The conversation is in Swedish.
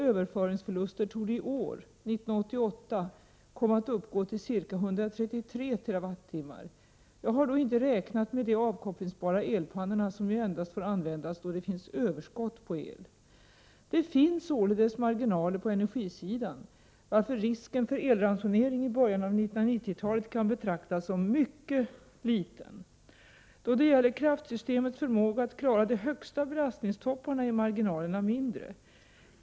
överföringsförluster torde i år, 1988, komma att uppgå till ca 133 TWh. Jag har då inte räknat med de avkopplingsbara elpannorna som ju endast får användas då det finns överskott på el. Det finns således marginaler på energisidan varför risken för elransonering i början av 1990-talet kan betraktas som mycket liten. Då det gäller kraftsystemets förmåga att klara de högsta belastningstopparna är marginalerna mindre.